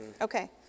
okay